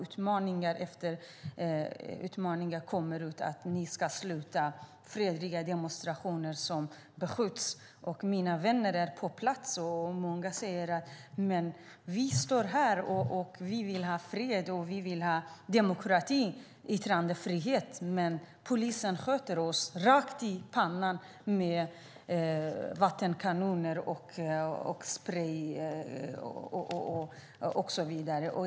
Utmaning efter utmaning kommer, och fredliga demonstrationer beskjuts. Mina vänner är på plats. Många säger: Vi står här, och vi vill ha fred, demokrati och yttrandefrihet. Men polisen skjuter oss rakt i pannan med vattenkanoner, sprej och så vidare.